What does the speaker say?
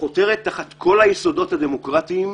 שחותרת תחת כל היסודות הדמוקרטיים,